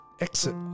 exit